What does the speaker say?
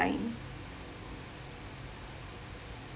line